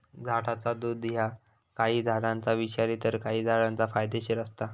झाडाचा दुध ह्या काही झाडांचा विषारी तर काही झाडांचा फायदेशीर असता